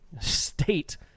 State